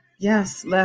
Yes